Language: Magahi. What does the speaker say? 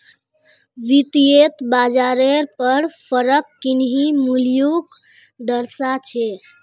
वित्तयेत बाजारेर पर फरक किन्ही मूल्योंक दर्शा छे